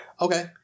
Okay